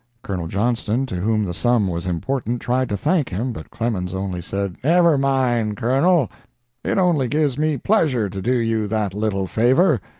colonel johnston, to whom the sum was important, tried to thank him, but clemens only said never mind, colonel it only gives me pleasure to do you that little favor.